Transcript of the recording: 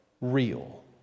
real